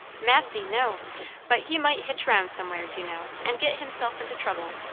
massy! no but he might hitch round somewheres, you know, and get himself into trouble.